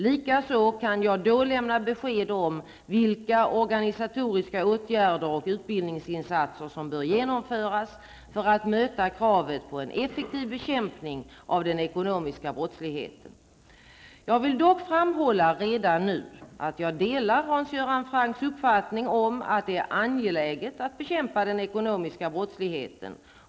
Likaså kan jag då lämna besked om vilka organisatoriska åtgärder och utbildningsinsatser som bör genomföras för att möta kravet på en effektiv bekämpning av den ekonomiska brottsligheten. Jag vill dock redan nu framhålla att jag delar Hans Göran Francks uppfattning om att det är angeläget att bekämpa den ekonomiska brottsligheten.